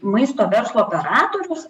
maisto verslo kuratorius